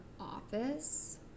office